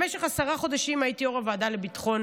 במשך עשרה חודשים הייתי יו"ר הוועדה לביטחון